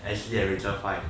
and rachel fight